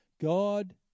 God